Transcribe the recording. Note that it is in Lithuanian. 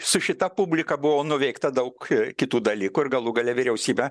su šita publika buvo nuveikta daug kitų dalykų ir galų gale vyriausybė